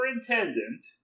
superintendent